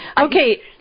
Okay